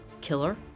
killer